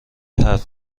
حرف